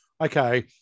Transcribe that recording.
okay